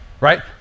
right